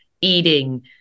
eating